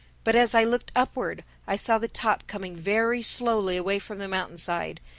but as i looked upward, i saw the top coming very slowly away from the mountainside.